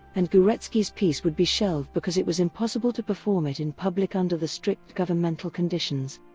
and gorecki's piece would be shelved because it was impossible to perform it in public under the strict governmental conditions.